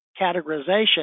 categorization